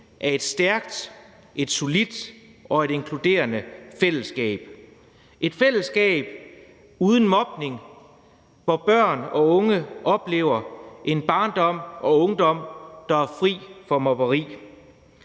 af et stærkt, et solidt og et inkluderende fællesskab – et fællesskab uden mobning, hvor børn og unge oplever en barndom og ungdom, der er fri for mobberi.